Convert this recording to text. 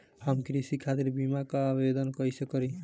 हम कृषि खातिर बीमा क आवेदन कइसे करि?